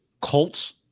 Colts